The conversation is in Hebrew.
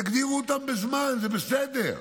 תגדירו אותן בזמן, זה בסדר.